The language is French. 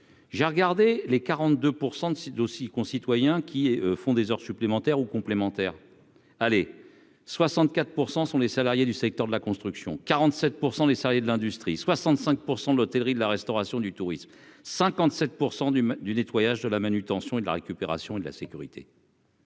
J'ai regardé les 42 % de aussi concitoyens qui font des heures supplémentaires ou complémentaires, allez 64 % sont les salariés du secteur de la construction 47 % des salariés de l'industrie, 65 % de l'hôtellerie, de la restauration du tourisme 57 % du du nettoyage de la manutention et de la récupération et de la sécurité.